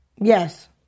Yes